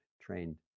trained